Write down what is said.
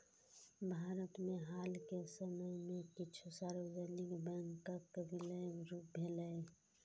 भारत मे हाल के समय मे किछु सार्वजनिक बैंकक विलय भेलैए